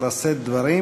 לשאת דברים.